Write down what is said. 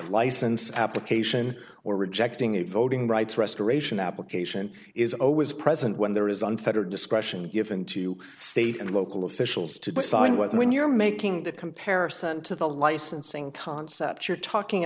license application or rejecting a voting rights restoration application is always present when there is unfettered discretion given to state and local officials to decide whether when you're making that comparison to the licensing concept you're talking